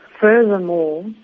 Furthermore